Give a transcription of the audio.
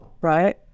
right